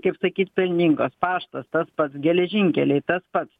kaip sakyt pelningos paštas tas pats geležinkeliai tas pats